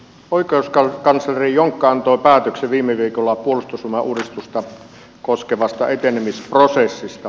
oikeuskansleri jonkka antoi päätöksen viime viikolla puolustusvoimauudistusta koskevasta etenemisprosessista